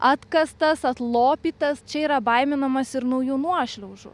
atkastas atlopytas čia yra baiminamasi ir naujų nuošliaužų